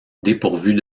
dépourvus